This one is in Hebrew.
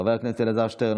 חבר הכנסת אלעזר שטרן,